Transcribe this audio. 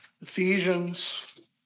Ephesians